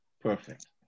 Perfect